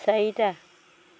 চাৰিটা